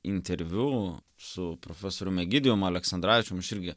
interviu su profesorium egidijum aleksandravičium aš irgi